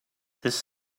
this